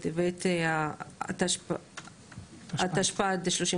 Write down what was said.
רגע, אתה רוצה להגיד